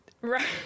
Right